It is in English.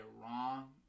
wrong